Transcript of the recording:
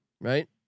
right